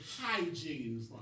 hygiene